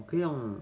可以用